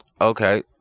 Okay